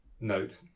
note